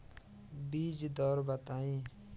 बीज दर बताई?